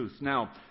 Now